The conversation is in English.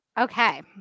Okay